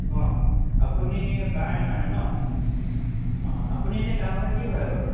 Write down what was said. অঁ আপুনি কাৰ কাৰণে ন অঁ আপুনি এনেই কাৰ কথা কি ভাবে বাৰু